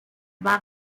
war